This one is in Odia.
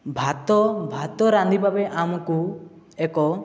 ଭାତ ଭାତ ରାନ୍ଧିିବା ଆମକୁ ଏକ